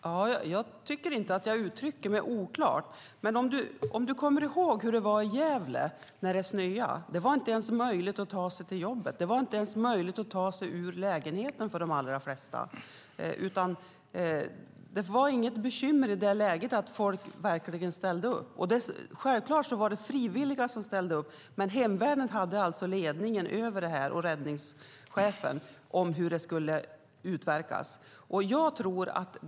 Herr talman! Jag tycker inte att jag uttrycker mig oklart, men om Stefan Caplan kommer ihåg hur det var i Gävle när det snöade så var det inte möjligt att ta sig till jobbet. Det var inte ens möjligt att ta sig ut ur lägenheten för de allra flesta. Det var inget bekymmer i det läget att få folk att ställa upp. Självklart var det frivilliga som ställde upp, men hemvärnet och räddningschefen hade alltså ledningen över hur det skulle utverkas.